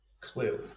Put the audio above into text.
clearly